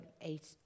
eight